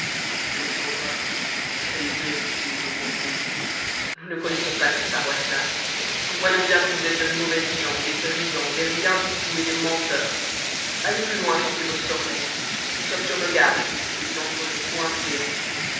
le chanvreur quelle bêtise nous contez-vous nous ne connaissons pas cette paroisse là nous voyons bien que vous êtes de mauvaises gens des brigands des rien du tout et des menteurs allez plus loin chanter vos sornettes nous sommes sur nos gardes et vous n'entrerez point céans